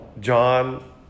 John